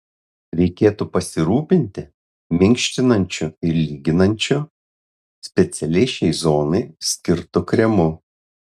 reikėtų pasirūpinti minkštinančiu ir lyginančiu specialiai šiai zonai skirtu kremu